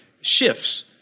shifts